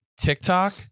TikTok